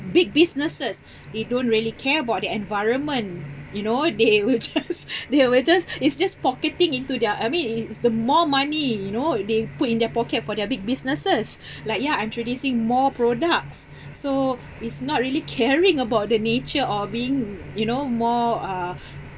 big businesses they don't really care about the environment you know they will just they will just it's just pocketing into their I mean it it's the more money you know they put in their pocket for their big businesses like ya introducing more products so it's not really caring about the nature or being you know more uh